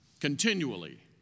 continually